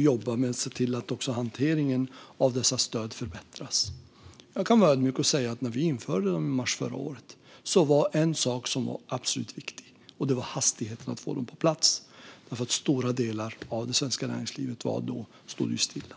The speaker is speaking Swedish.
jobba med att se till att hanteringen av dessa stöd förbättras. Jag kan vara ödmjuk och säga: När vi införde dem i mars förra året var det en sak som var absolut viktig. Det var att få dem på plats hastigt eftersom stora delar av det svenska näringslivet då stod stilla.